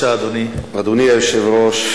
אדוני היושב-ראש,